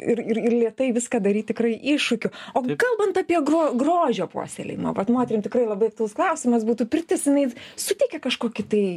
ir ir ir lėtai viską daryt tikrai iššūkiu o kalbant apie gro grožio puoselėjimą vat moterim tikrai labai aktualus klausimas būtų pirtis jinai suteikia kažkokį tai